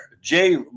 Jay